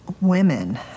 women